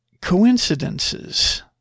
coincidences